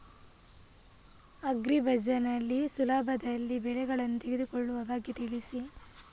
agri Bazaar ನಲ್ಲಿ ಸುಲಭದಲ್ಲಿ ಬೆಳೆಗಳನ್ನು ತೆಗೆದುಕೊಳ್ಳುವ ಬಗ್ಗೆ ತಿಳಿಸಿ